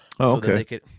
okay